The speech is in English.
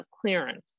clearance